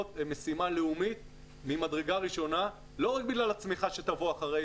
משימה לאומית ממדרגה ראשונה ולא רק בגלל הצמיחה שתבוא אחר כך,